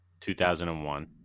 2001